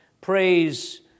praise